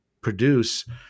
produce